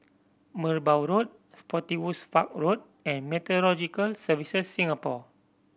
Merbau Road Spottiswoode Park Road and Meteorological Services Singapore